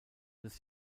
des